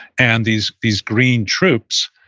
and these these green troops,